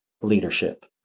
leadership